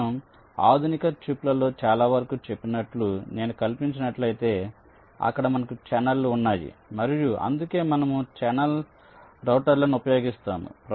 నేను ఆధునిక చిప్లలో చాలావరకు చెప్పినట్లు నేను కల్పించినట్లయితే అక్కడ మనకు ఛానెల్లు ఉన్నాయి మరియు అందుకే మనము ఛానల్ రౌటర్లను ఉపయోగిస్తాము